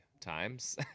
times